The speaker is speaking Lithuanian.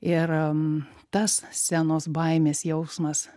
ir tas scenos baimės jausmas